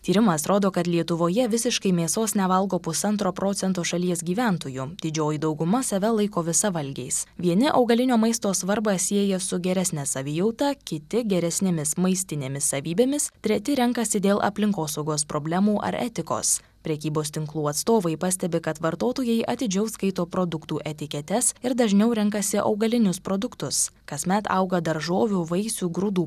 tyrimas rodo kad lietuvoje visiškai mėsos nevalgo pusantro procento šalies gyventojų didžioji dauguma save laiko visavalgiais vieni augalinio maisto svarbą sieja su geresne savijauta kiti geresnėmis maistinėmis savybėmis treti renkasi dėl aplinkosaugos problemų ar etikos prekybos tinklų atstovai pastebi kad vartotojai atidžiau skaito produktų etiketes ir dažniau renkasi augalinius produktus kasmet auga daržovių vaisių grūdų